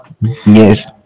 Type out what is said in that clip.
Yes